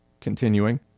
continuing